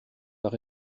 par